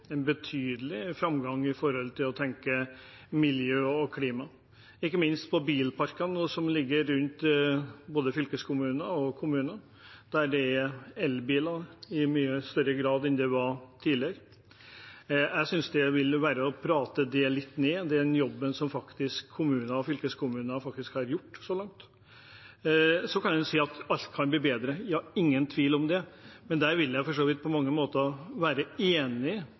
framgang i både fylkeskommuner og kommuner med hensyn til å tenke miljø og klima – ikke minst når det gjelder bilparkene, der det er elbiler i mye større grad enn det var tidligere. Jeg synes det ville være å prate litt ned den jobben som kommuner og fylkeskommuner faktisk har gjort så langt. Så kan en si at alt kan bli bedre. Ja, det er ingen tvil om det, men her vil jeg på mange måter være enig i